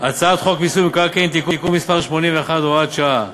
הצעת חוק מיסוי מקרקעין (תיקון מס' 81 והוראת שעה),